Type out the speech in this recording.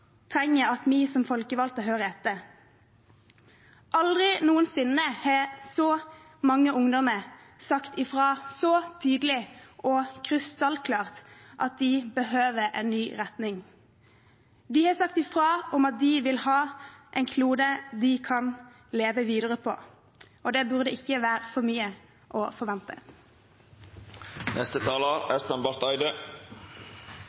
trenger at vi som folkevalgte hører etter. Aldri noensinne har så mange ungdommer sagt ifra så tydelig og krystallklart at de behøver en ny retning. De har sagt ifra om at de vil ha en klode de kan leve videre på, og det burde ikke være for mye å forvente.